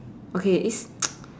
okay it's